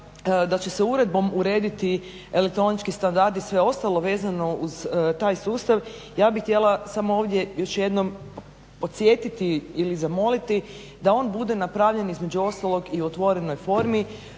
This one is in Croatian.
da će se uredbom urediti elektronički standardi i sve ostalo vezano uz taj sustav ja bih htjela samo ovdje još jednom podsjetiti ili zamoliti da on bude napravljen između ostalog i u otvorenoj formi.